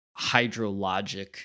hydrologic